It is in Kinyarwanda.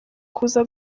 kuza